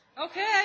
Okay